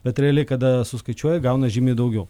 bet realiai kada suskaičiuoja gauna žymiai daugiau